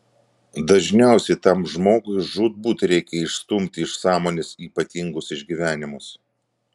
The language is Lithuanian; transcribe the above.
dažniausiai tam žmogui žūtbūt reikia išstumti iš sąmonės ypatingus išgyvenimus